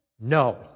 No